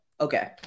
okay